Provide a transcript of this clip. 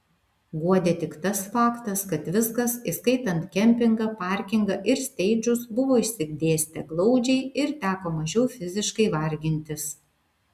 guodė tik tas faktas kad viskas įskaitant kempingą parkingą ir steidžus buvo išsidėstę glaudžiai ir teko mažiau fiziškai vargintis